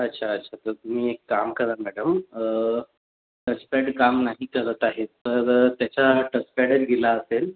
अच्छा अच्छा तर तुम्ही एक काम करा मॅडम टचपॅड काम नाही करत आहे तर त्याचा टचपॅड गेला असेल